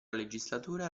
legislatura